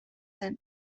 zen